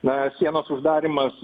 na sienos uždarymas